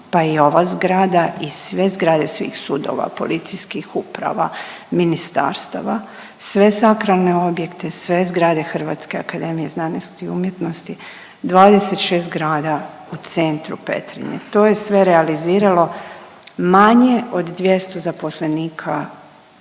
pa i ova zgrada i sve zgrade svih sudova, policijskih uprava, ministarstava sve sakralne objekte, sve zgrade HAZU-a, 26 zgrada u centru Petrinje to je sve realiziralo manje od 200 zaposlenika